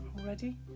already